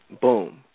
boom